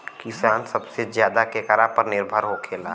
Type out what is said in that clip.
किसान सबसे ज्यादा केकरा ऊपर निर्भर होखेला?